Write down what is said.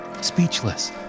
speechless